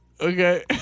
Okay